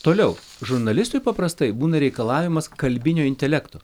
toliau žurnalistui paprastai būna reikalavimas kalbinio intelekto